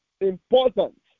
important